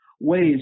ways